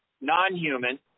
non-human